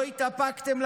לא התאפקתם.